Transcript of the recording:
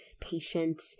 patient